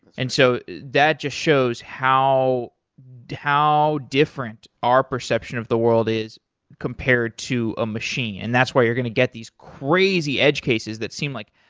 and so that just shows how how different our perception of the world is compared to a machine, and that's why you're going to get these crazy edge cases that seem like,